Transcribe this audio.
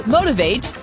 Motivate